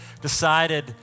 decided